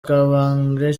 kabange